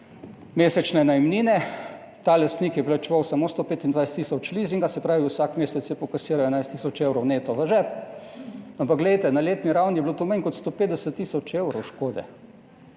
mesečne najemnine. Ta lastnik je plačeval samo 125 tisoč lizinga. Se pravi, vsak mesec je pokasiral 11 tisoče evrov neto v žep. Ampak glejte, na letni ravni je bilo to manj kot 150 tisoč evrov škode.